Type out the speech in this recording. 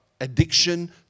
addiction